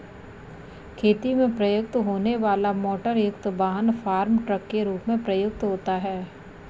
खेती में प्रयुक्त होने वाला मोटरयुक्त वाहन फार्म ट्रक के रूप में प्रयुक्त होता है